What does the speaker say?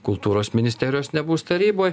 kultūros ministerijos nebus taryboj